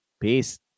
Peace